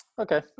Okay